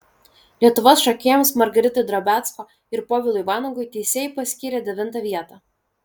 lietuvos šokėjams margaritai drobiazko ir povilui vanagui teisėjai paskyrė devintą vietą